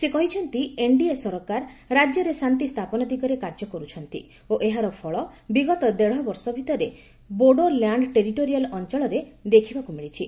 ସେ କହିଛନ୍ତି ଏନ୍ଡିଏ ସରକାର ରାଜ୍ୟରେ ଶାନ୍ତି ସ୍ଥାପନ ଦିଗରେ କାର୍ଯ୍ୟ କରୁଛନ୍ତି ଓ ଏହାର ଫଳ ବିଗତ ଦେଢ଼ବର୍ଷ ଭିତରେ ବୋଡୋଲ୍ୟାଣ୍ଡ ଟେରିଟୋରିଆଲ୍ ଅଞ୍ଚଳରେ ଦେଖିବାକୁ ମିଳିଛି